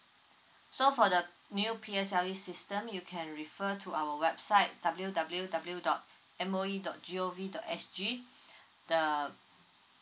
so for the new P_S_L_E system you can refer to our website W W W dot M O E dot G_O_V dot S_G the